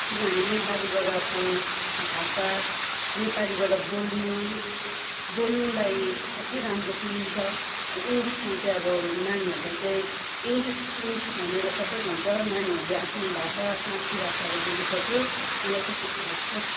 किनभने नेपालीबाटको भाषा नेपालीबाट बोल्नु बोल्नुलाई अति राम्रो सुनिन्छ अब इङ्ग्लिसमा चाहिँ अब नानीहरूलाई चाहिँ इङ्ग्लिस इङ्ग्लिस भनेर सबै भन्छ नानीहरूले आफ्नो भाषा मातृभाषाहरू भुलिसक्यो मलाई त त्यस्तो लाग्छ